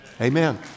Amen